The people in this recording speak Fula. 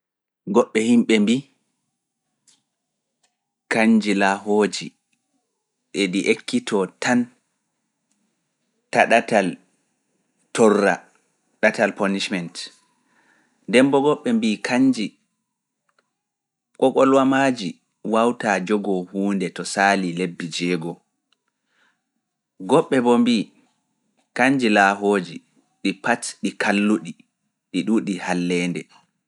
Goɓɓe himɓe mbii, kanji laahooji e ɗi ekkitoo tan taa ɗatal torra, ɗatal punishment. Nden mbo goɓɓe mbii kanji kokolwamaaji wawtaa jogoo huunde to saali lebbi jowego. Goɗɓe boo mbii, kanji laahooji ɗi pat ɗi kalluɗi, ɗi ɗuuɗi halleende.